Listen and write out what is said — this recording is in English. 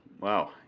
wow